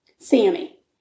Sammy